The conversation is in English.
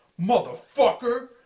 motherfucker